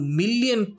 million